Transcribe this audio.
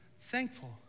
thankful